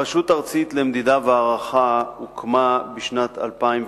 הרשות הארצית למדידה והערכה הוקמה בשנת 2005,